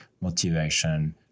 motivation